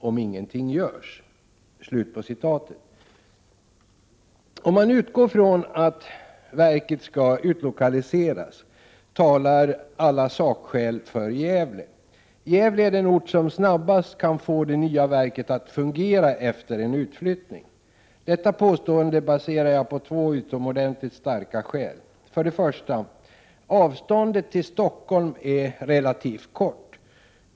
Om ingenting görs!” Om man utgår från att verket skall utlokaliseras, talar alla sakskäl för Gävle. Gävle är den ort som snabbast kan få det nya verket att fungera efter enutflyttning. Detta påstående baserar jag på två utomordentligt starka skäl. — Prot. 1987/88:46 1. Avståndet till Stockholm är relativt kort.